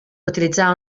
utilitzar